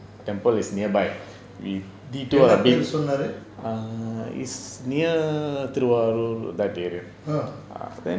temple is nearby we detour a bit err it's near Thiruvarur that area then